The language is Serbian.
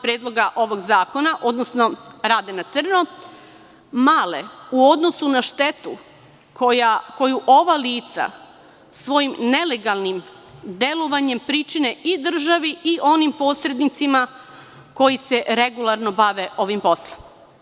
Predloga zakona, odnosno rade na crno, male u odnosu na štetu koju ova lica svojim nelegalnim delovanjem pričine i državi i onim posrednicima koji se regularno bave ovim poslom.